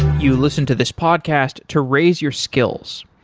you listen to this podcast to raise your skills.